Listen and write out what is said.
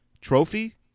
Trophy